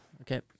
okay